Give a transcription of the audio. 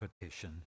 petition